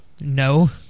No